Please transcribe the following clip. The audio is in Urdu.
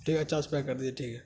ٹھیک ہے چار سو پیک کر دیجیے ٹھیک ہے